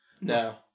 No